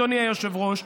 אדוני היושב-ראש,